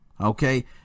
okay